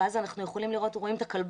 אנחנו יכולים לראות את הכלבה,